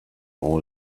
all